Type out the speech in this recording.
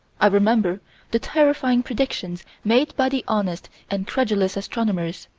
i remember the terrifying predictions made by the honest and credulous astronomers,